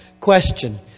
question